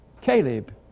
Caleb